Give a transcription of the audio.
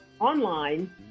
online